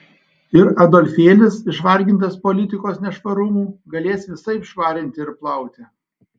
ir adolfėlis išvargintas politikos nešvarumų galės visaip švarinti ir plauti